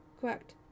Correct